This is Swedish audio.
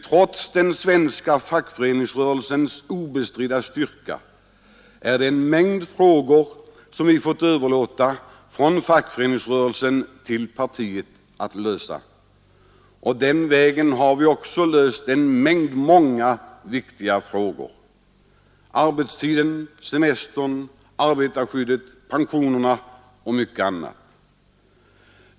Trots den svenska fackföreningsrörelsens obestridliga styrka är det nämligen en mängd problem som vi fått överlåta till partiet att lösa. Den vägen har vi också löst många viktiga frågor: arbetstiden, semestern, arbetarskyddet, pensionerna och mycket annat.